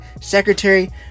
secretary